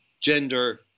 gender